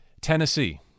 Tennessee